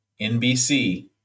NBC